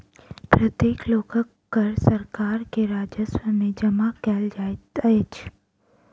प्रत्येक लोकक कर सरकार के राजस्व में जमा कयल जाइत अछि